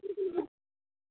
अ